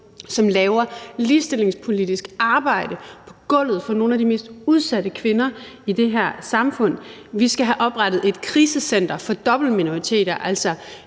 som laver ligestillingspolitisk arbejde på gulvet for nogle af de mest udsatte kvinder i det her samfund. Vi skal have oprettet et krisecenter for dobbeltminoriteter, altså